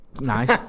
Nice